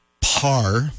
Par